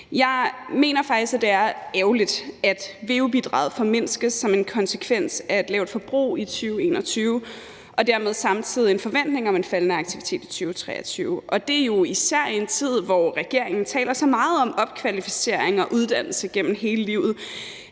Jeg mener faktisk, at det er ærgerligt, at veu-bidraget formindskes som en konsekvens af et lavt forbrug i 2021 og dermed samtidig en forventning om en faldende aktivitet i 2023, og det er jo især i en tid, hvor regeringen taler så meget om opkvalificering og uddannelse gennem hele livet